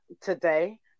today